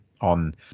on